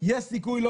סתיו שפיר.